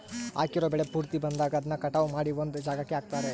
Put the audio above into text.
ಹಾಕಿರೋ ಬೆಳೆ ಪೂರ್ತಿ ಬಂದಾಗ ಅದನ್ನ ಕಟಾವು ಮಾಡಿ ಒಂದ್ ಜಾಗಕ್ಕೆ ಹಾಕ್ತಾರೆ